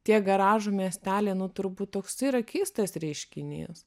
tiek garažų miesteliai turbūt toks yra keistas reiškinys